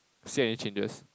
see any changes